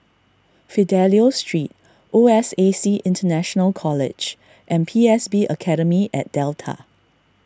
Fidelio Street O S A C International College and P S B Academy at Delta